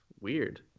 weird